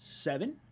seven